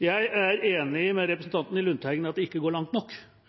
Jeg er enig med representanten Lundteigen i at det ikke går langt nok,